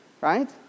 right